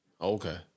Okay